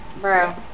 bro